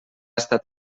estat